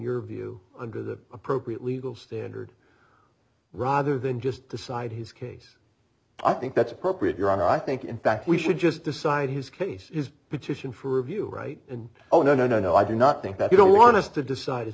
your view under the appropriate legal standard rather than just decide his case i think that's appropriate your honor i think in fact we should just decide his case petition for review right and oh no no no no i do not think that you don't want us to decide i